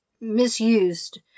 misused